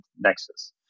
nexus